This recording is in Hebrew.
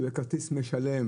שהוא יהיה כרטיס משלם